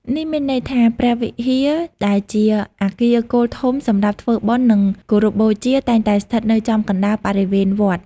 នេះមានន័យថា ព្រះវិហារ ដែលជាអគារគោលធំសម្រាប់ធ្វើបុណ្យ និងគោរពបូជា តែងតែស្ថិតនៅចំកណ្តាលបរិវេណវត្ត។